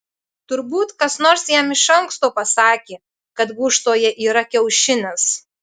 turbūt kas nors jam iš anksto pasakė kad gūžtoje yra kiaušinis